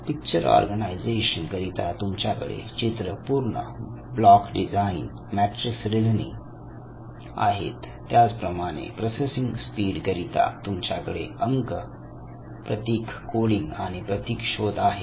picture organisation करिता तुमच्याकडे चित्र पूर्ण block design matrix reasoning reasoning आहेत त्याच प्रमाणे प्रोसेसिंग स्पीड करिता तुमच्याकडे अंक प्रतीक कोडिंग आणि प्रतीक शोध आहेत